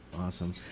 Awesome